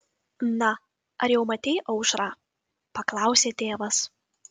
na ar jau matei aušrą paklausė tėvas